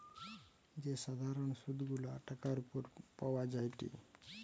যে সাধারণ সুধ গুলা টাকার উপর পাওয়া যায়টে